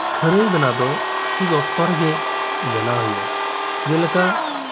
ᱠᱷᱟᱹᱨᱟᱹᱭ ᱵᱮᱱᱟᱣ ᱫᱚ ᱴᱷᱤᱠ ᱚᱠᱛᱚ ᱨᱮᱜᱮ ᱵᱮᱱᱟᱣ ᱦᱩᱭᱩᱜ ᱟ ᱡᱮᱞᱮᱠᱟ